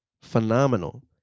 phenomenal